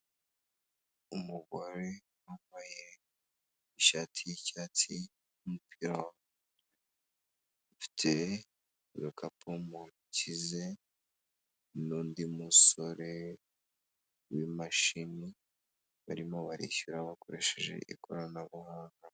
Umugore wambaye ishati y'icyatsi n'umupira, ufite ibikapu mu ntoki ze, n'undi musore w'imashini, barimo barishyura bakoresheje ikoranabuhanga.